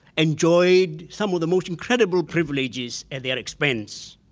enjoyed some of the most incredible privileges at their expense.